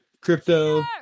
Crypto